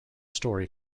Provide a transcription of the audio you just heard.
story